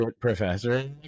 professor